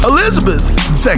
Elizabeth